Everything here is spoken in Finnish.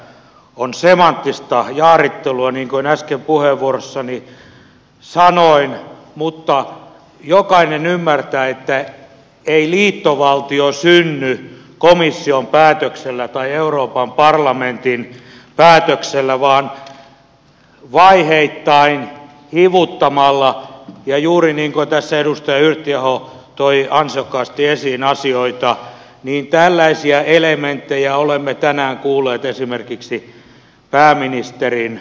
pahimmillaan keskustelu liittovaltiokehityksestä on semanttista jaarittelua niin kuin äsken puheenvuorossani sanoin mutta jokainen ymmärtää että ei liittovaltio synny komission päätöksellä tai euroopan parlamentin päätöksellä vaan vaiheittain hivuttamalla ja juuri niin kuin tässä edustaja yrttiaho toi ansiokkaasti esiin asioita niin tällaisia elementtejä olemme tänään kuulleet esimerkiksi pääministerin suulla sanotun